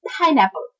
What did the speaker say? pineapple